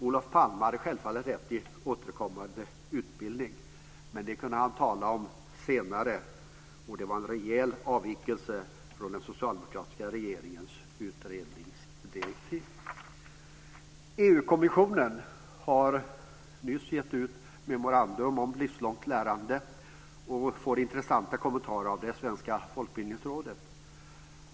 Olof Palme hade självfallet rätt i det han sade om återkommande utbildning, men det kunde han tala om senare, och det var en rejäl avvikelse från den socialdemokratiska regeringens utredningsdirektiv. EU-kommissionen har nyss givit ut ett memorandum om livslångt lärande som får intressanta kommentarer av det svenska Folkbildningsrådet.